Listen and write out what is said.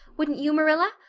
wouldn't you, marilla?